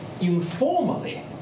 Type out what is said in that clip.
informally